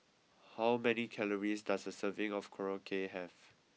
how many calories does a serving of Korokke have